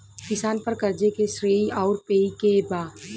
किसान पर क़र्ज़े के श्रेइ आउर पेई के बा?